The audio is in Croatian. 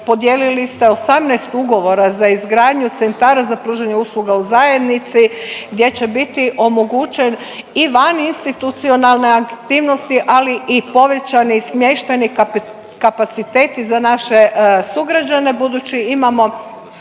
Podijelili ste 18 ugovora za izgradnju centara za pružanje usluga u zajednici gdje će biti omogućen i vaninstitucionalne aktivnosti ali i povećani smještajni kapaciteti za naše sugrađane